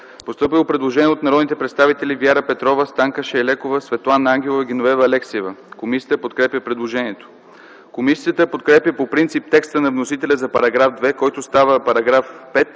Постъпило е предложение от народните представители Вяра Петрова, Станка Шайлекова, Светлана Ангелова и Геновева Алексиева. Комисията подкрепя предложението. Комисията подкрепя по принцип текста на вносителя за § 2, който става § 5